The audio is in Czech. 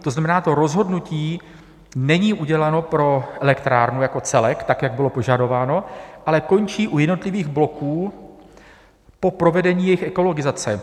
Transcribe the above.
To znamená, to rozhodnutí není uděláno pro elektrárnu jako celek, jak bylo požadováno, ale končí u jednotlivých bloků po provedení jejich ekologizace.